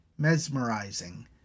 Mesmerizing